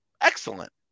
excellent